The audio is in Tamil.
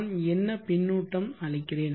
நான் என்ன பின்னூட்டம் அளிக்கிறேன்